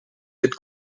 with